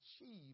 achieve